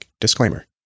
Disclaimer